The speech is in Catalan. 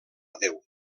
déu